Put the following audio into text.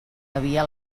havia